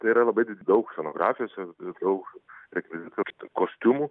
tai yra labai di daug scenografijos ir daug rekvizitų ir kostiumų